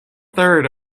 third